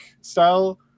style